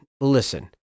Listen